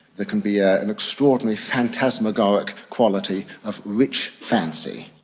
there can be ah an extraordinary phantasmagoric quality of rich fancy.